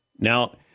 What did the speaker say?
Now